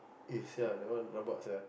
eh sia that one rabak sia